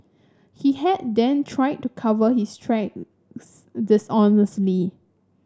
he had then tried to cover his dishonestly